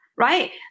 Right